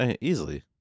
easily